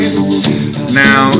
Now